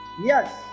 Yes